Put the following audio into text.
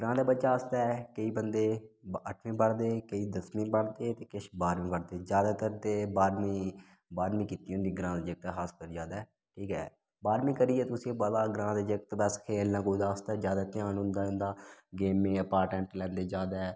ग्रांऽ दा बच्चा आस्तै केईं बंदे अट्ठमी पढ़दे केईं दसमीं पढ़दे ते किश बाह्रमीं पढ़दे ज्यादातर ते बाह्रमीं बाह्रमीं कीती दी होंदी ग्रांऽ दे जेह्के खासकर ज्यादा ठीक ऐ बाह्रमीं करियै तुसी पता ग्रांऽ दे जागत बस खेलने कूद आस्तै ज्यादा ध्यान हुंदा इंदा गेमें दा इंपॉटेंट लैंदे ज्यादा